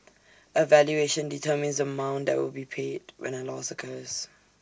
A valuation determines the amount that will be paid when A loss occurs